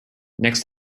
next